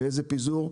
באיזה פיזור,